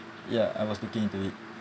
ya I was looking into it